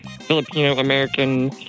Filipino-American